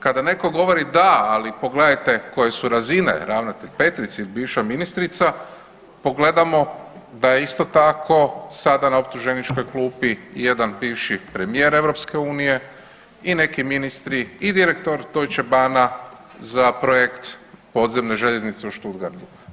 Kada neko govori da, ali pogledajte koje su razine, ravnatelj Petric ili bivša ministrica, pogledamo da je isto tako sada na optuženičkoj klupi i jedan bivši premijer EU i neki ministri i direktor Deutsche Bahna za projekt podzemne željeznice u Stuttgartu.